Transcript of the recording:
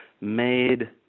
made